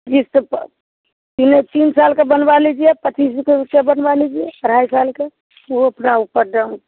क़िस्त पर सुनिए तीन साल का बनवा लीजिए पचीस रुपये सौ बनवा लीजिए अढ़ाई साल कै यह पूरा ऑफर डाउन